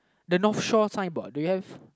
the North Shore sign board do you have